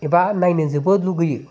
एबा नायनो जोबोद लुगैयो